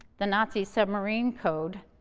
the nazi's submarine code,